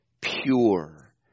pure